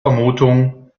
vermutung